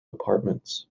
apartments